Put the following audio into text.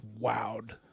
wowed